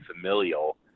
familial